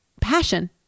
passion